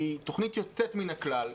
היא תוכנית יוצאת מן הכלל.